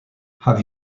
have